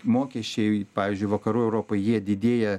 mokesčiai pavyzdžiui vakarų europoj jie didėja